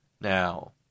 Now